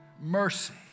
mercy